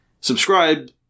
subscribe